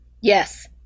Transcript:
Yes